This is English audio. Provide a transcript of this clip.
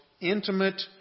intimate